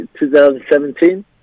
2017